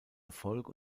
erfolg